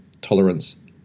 tolerance